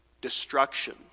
destruction